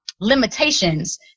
limitations